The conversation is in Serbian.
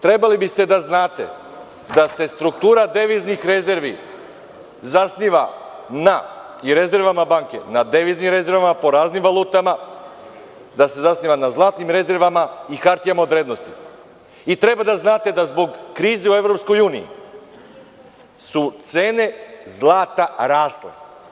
Trebali biste da znate da se struktura deviznih rezervi zasniva na rezervama banke, na deviznim rezervama po raznim valutama, da se zasniva na zlatnim rezervama i hartijama od vrednosti i treba daznate da zbog krize u EU su cene zlata rasle.